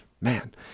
Man